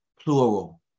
plural